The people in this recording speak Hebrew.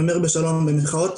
אני אומר בשלום במרכאות,